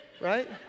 right